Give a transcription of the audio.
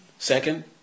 Second